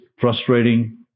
frustrating